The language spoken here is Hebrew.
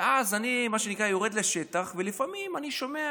ואז אני מה שנקרא יורד לשטח ולפעמים אני שומע